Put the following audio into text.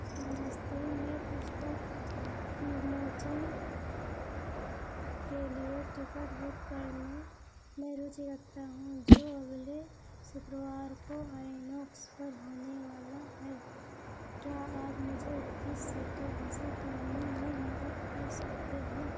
नमस्ते मैं पुस्तक के लिए टिकट बुक करने में रुचि रखता हूँ जो अगले शुक्रवार को आईनॉक्स पर होने वाला है क्या आप मुझे इक्कीस सीटें हासिल करने में मदद कर सकते हैं